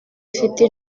ifite